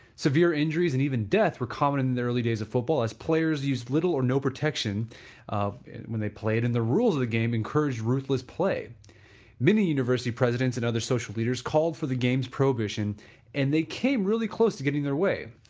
severe injuries and even death were common in the early days of football as players used little or no protection when they played in the rules, the game encouraged ruthless play many university presidents and other social leaders called for the game's prohibition and they came really close to getting their way.